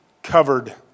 Covered